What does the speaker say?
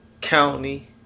County